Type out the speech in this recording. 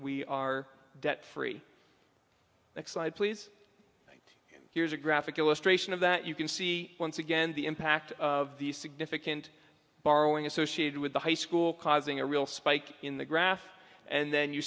slide please here's a graphic illustration of that you can see once again the impact of the significant borrowing associated with the high school causing a real spike in the grass and then you